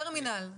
טרמינל,